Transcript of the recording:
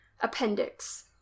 appendix